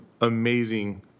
amazing